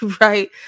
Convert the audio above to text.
right